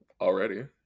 already